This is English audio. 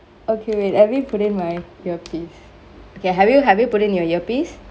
okay wait let me put in my earpiece okay have you have you put in your earpiece